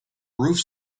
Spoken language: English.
roof